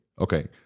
okay